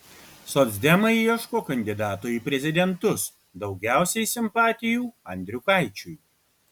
socdemai ieško kandidato į prezidentus daugiausiai simpatijų andriukaičiui